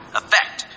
effect